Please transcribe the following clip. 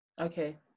okay